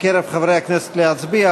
בקרב חברי הכנסת להצביע,